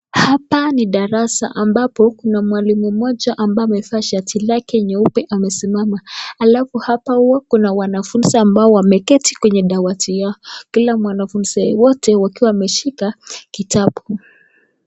Hapa ni darasa ambapo kuna mwalimu mmoja ambaye amevaa shati lake nyeupe amesimama. Alafu hapa kuna wanafunzi ambao wameketi kwenye dawati wao. Kila mwanafunzi wote wakiwa wameshika kitabu.